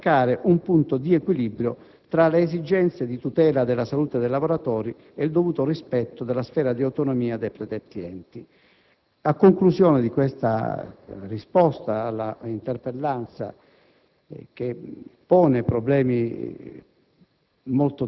così da ricercare un punto di equilibrio tra le esigenze di tutela della salute dei lavoratori ed il dovuto rispetto alla sfera di autonomia dei predetti enti. A conclusione della risposta all'interpellanza, che pone problemi